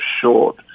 short